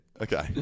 Okay